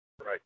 Right